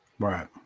Right